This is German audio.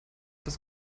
das